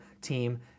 team